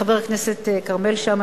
חבר הכנסת כרמל שאמה,